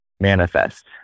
Manifest